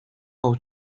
how